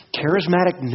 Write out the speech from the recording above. charismatic